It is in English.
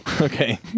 Okay